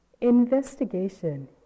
Investigation